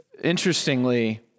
Interestingly